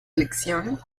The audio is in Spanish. elección